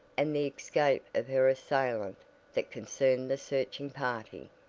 and the escape of her assailant that concerned the searching party.